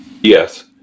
Yes